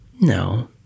no